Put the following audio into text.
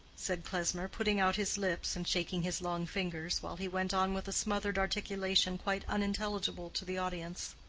said klesmer, putting out his lips and shaking his long fingers, while he went on with a smothered articulation quite unintelligible to the audience.